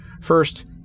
First